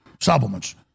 supplements